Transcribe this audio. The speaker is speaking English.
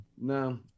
no